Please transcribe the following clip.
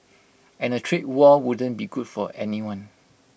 and A trade war wouldn't be good for anyone